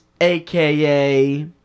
aka